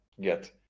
get